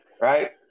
right